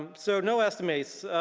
so no estimates,